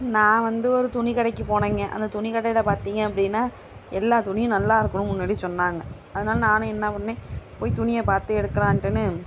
நான் வந்து ஒரு துணி கடைக்கு போனேன்ங்க அந்த துணி கடையில் பார்த்திங்க அப்படினா எல்லா துணியும் நல்லாயிருக்கும் முன்னாடி சொன்னாங்க அதனால் நானும் என்ன பண்ணிணேன் போய் துணியை பார்த்து எடுக்கலாம்ட்டுனு